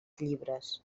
llibres